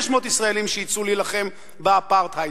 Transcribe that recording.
500 ישראלים שיצאו להילחם באפרטהייד.